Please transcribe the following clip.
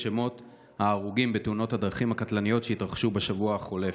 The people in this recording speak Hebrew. שמות ההרוגים בתאונות הדרכים הקטלניות שהתרחשו בשבוע החולף.